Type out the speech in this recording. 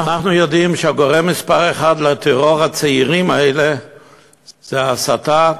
אנחנו יודעים שהגורם מספר אחת לטרור הצעירים הזה זה הסתה,